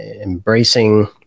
embracing